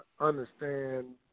understand